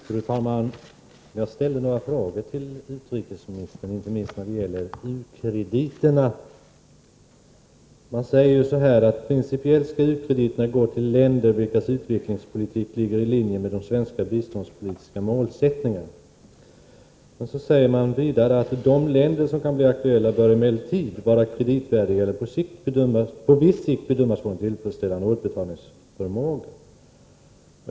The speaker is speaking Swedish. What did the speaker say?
Fru talman! Jag ställde några frågor till utrikesministern, inte minst när det gäller u-krediterna. Det sägs: Principiellt skall u-krediterna gå till länder vilkas utvecklingspolitik ligger i linje med de svenska biståndspolitiska målsättningarna. Det anförs vidare: De länder som kan bli aktuella bör emellertid vara kreditvärdiga eller på viss sikt bedömas ha en tillfredsställande återbetalningsförmåga.